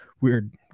weird